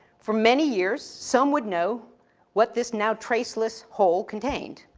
for many years, some would know what this now traceless hole contained.